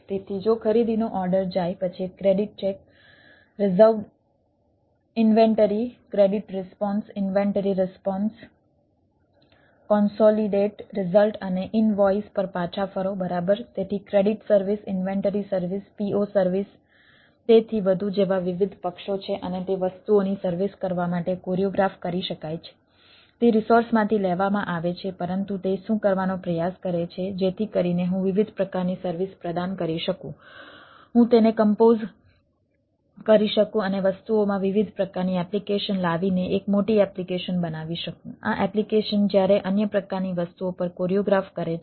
તેથી જો ખરીદીનો ઓર્ડર માં સંકલિત થાય છે અન્ય પ્રકારની સર્વિસ આપી શકે છે